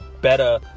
better